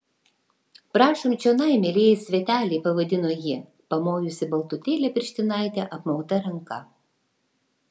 prašom čionai mielieji sveteliai pavadino ji pamojusi baltutėle pirštinaite apmauta ranka